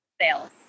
sales